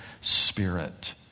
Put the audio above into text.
spirit